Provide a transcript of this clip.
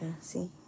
see